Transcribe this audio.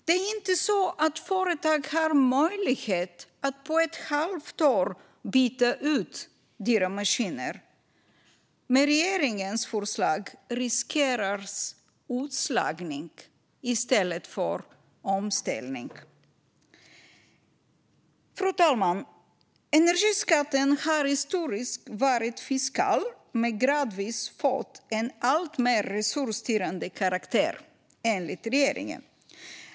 Det är inte så att företag har möjlighet att på ett halvt år byta ut dyra maskiner. Med regeringens förslag riskeras att det blir utslagning i stället för omställning. Fru talman! Energiskatten har historiskt varit fiskal men gradvis fått en alltmer resursstyrande karaktär, enligt regeringen.